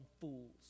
fools